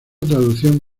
traducción